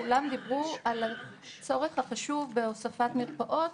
כולם דיברו על הצורך החשוב בהוספת מרפאות.